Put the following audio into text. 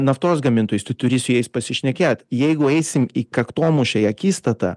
naftos gamintojais tu turi su jais pasišnekėt jeigu eisim į kaktomušą į akistatą